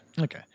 Okay